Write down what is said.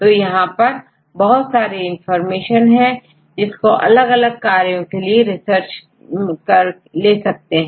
तो यहां पर बहुत सारी इनफार्मेशन है जिसको अलग अलग कार्यों के लिए रिसर्च मैं ले सकते हैं